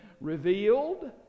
revealed